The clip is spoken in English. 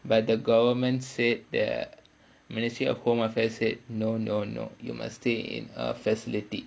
but the government said the ministry of home affairs said no no no you must stay in a facility